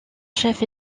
chef